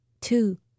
Two